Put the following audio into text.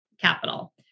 capital